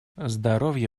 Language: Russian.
здоровье